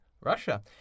Russia